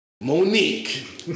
Monique